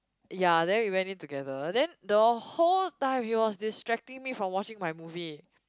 ya then we went in together then the whole time he was distracting me from watching my movie